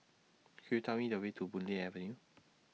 Could YOU Tell Me The Way to Boon Lay Avenue